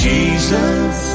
Jesus